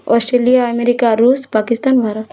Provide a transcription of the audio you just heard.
Australia America Russia Pakistan Bharat